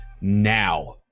now